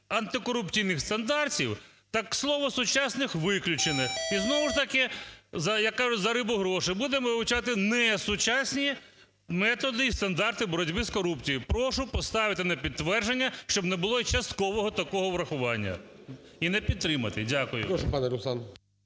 антикорупційних стандартів", так слово "сучасних" виключено. І знову ж таки, як кажуть: "За рибу – гроші". Будемо вивчати несучасні методи і стандарти боротьби з корупцією. Прошу поставити на підтвердження, щоб не було часткового такого врахування і не підтримати. Дякую. ГОЛОВУЮЧИЙ. Прошу, пане Руслан.